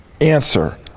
answer